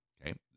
okay